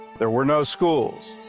there were no schools,